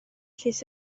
llys